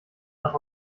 nach